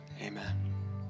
Amen